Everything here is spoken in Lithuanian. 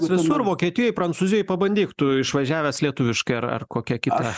visur vokietijoj prancūzijoj pabandyk tu išvažiavęs lietuviškai ar ar kokia kita